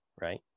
right